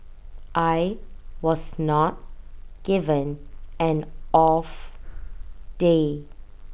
I was not given an off day